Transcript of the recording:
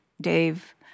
dave